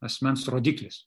asmens rodiklis